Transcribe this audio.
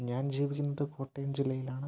ഞാൻ ജീവിക്കുന്നത് കോട്ടയം ജില്ലയിലാണ്